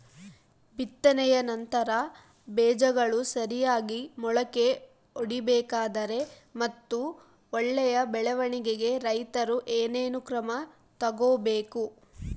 ಬಿತ್ತನೆಯ ನಂತರ ಬೇಜಗಳು ಸರಿಯಾಗಿ ಮೊಳಕೆ ಒಡಿಬೇಕಾದರೆ ಮತ್ತು ಒಳ್ಳೆಯ ಬೆಳವಣಿಗೆಗೆ ರೈತರು ಏನೇನು ಕ್ರಮ ತಗೋಬೇಕು?